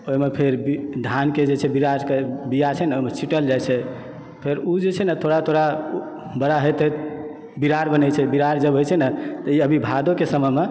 ओहिमे फेर धानके जे छै बिरारके बिआ छै न ओहिमे छींटल जाइत छै फेर ओ जे छै न थोड़ा थोड़ा बड़ा होइत होइत बिरार बनैय छै बिरार जब होइत छै न अभी भादवके समयमे